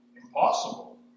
impossible